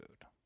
food